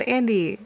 Andy